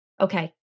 Okay